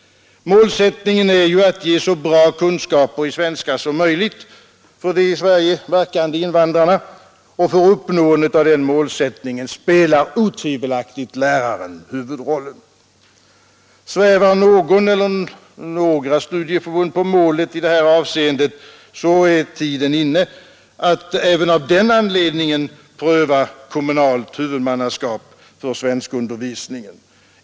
Målsättningen är ju att ge de i Sverige verkande invandrarna så bra kunskaper i svenska som möjligt, och för uppnående av den målsättningen spelar läraren otvivelaktigt huvudrollen. Svävar någon eller några studieförbund på målet i detta avseende är tiden inne att även av den anledningen pröva kommunalt huvudmannaskap för svenskundervisningen.